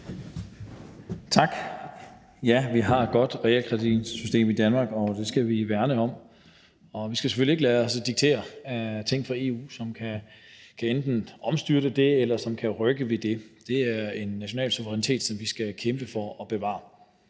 Tak. Ja, vi har et godt realkreditsystem i Danmark, og det skal vi værne om. Vi skal selvfølgelig ikke lade os diktere af ting fra EU, som enten kan omstyrte det, eller som kan rykke ved det. Det er en national suverænitet, som vi skal kæmpe for at bevare.